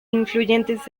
influyentes